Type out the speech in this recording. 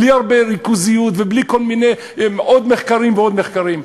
בלי הרבה ריכוזיות ובלי כל מיני עוד מחקרים ועוד מחקרים.